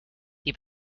die